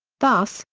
thus,